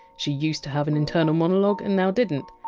she used to have an internal monologue and now didn!